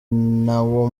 nawo